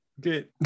Good